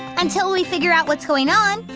until we figure out what's going on,